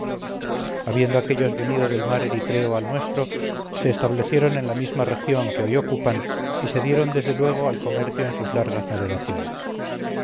habiendo aquellos venido del mar eritreo al nuestro se establecieron en la misma región que hoy ocupan y se dieron desde luego al comercio en sus largas navegaciones